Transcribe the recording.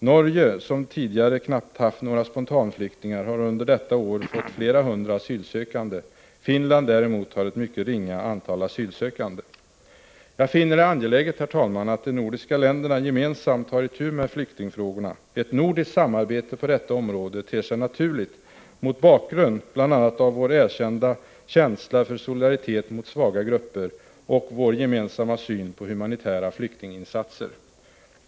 Norge, som tidigare knappt haft några spontanflyktingar, har under detta år fått flera hundra asylsökande. Finland, däremot, har ett mycket ringa antal asylsökande. Jag finner det angeläget, herr talman, att de nordiska länderna gemensamt tar itu med flyktingfrågorna. Ett nordiskt samarbete på detta område ter sig naturlig mot bakgrund av bl.a. vår erkända känsla för solidaritet med svaga grupper och vår gemensamma syn på humanitära flyktinginsatser.